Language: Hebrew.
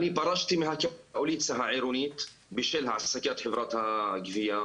אני פרשתי מהקואליציה העירונית בשל העסקת חברת הגבייה.